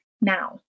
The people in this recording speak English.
now